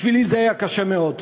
בשבילי זה היה קשה מאוד.